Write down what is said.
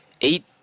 eight